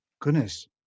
goodness